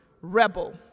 rebel